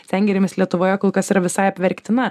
sengirėmis lietuvoje kol kas yra visai apverktina